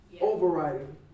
overriding